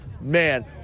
man